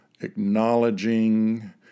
acknowledging